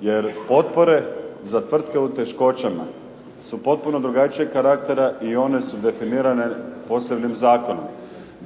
Jer potpore za tvrtke u teškoćama su potpuno drugačijeg karaktera i one su definirane posebnim zakonom.